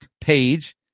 page